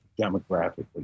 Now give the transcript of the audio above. demographically